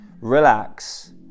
relax